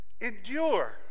endure